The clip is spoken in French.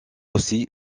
aussi